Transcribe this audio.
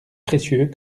précieux